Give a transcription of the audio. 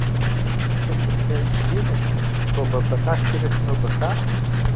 jūs įtempiate dėmesį kuo bpk skiriasi nuo bk